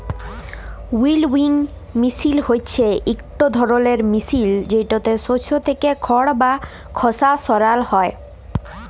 উইলউইং মিশিল হছে ইকট ধরলের মিশিল যেটতে শস্য থ্যাইকে খড় বা খসা সরাল হ্যয়